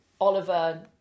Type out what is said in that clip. Oliver